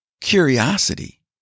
curiosity